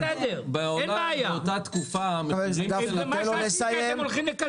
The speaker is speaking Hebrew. את מה שעשיתי אתם הולכים לקלקל.